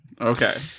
Okay